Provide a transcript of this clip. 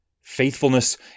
Faithfulness